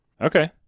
Okay